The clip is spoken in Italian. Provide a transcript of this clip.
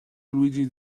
luigi